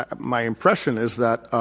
ah my impression is that,